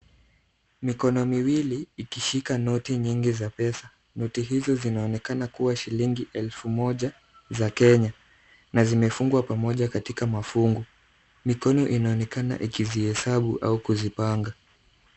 Mikono miwili ikishika noti nyingi za pesa. Noti hizo zinaonekana kuwa shilingi elfu moja za Kenya na zimefungwa pamoja katika mafungo. Mikono inaonekana ikizihesabu au kuzipanga.